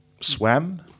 swam